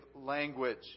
language